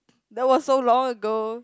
that was so long ago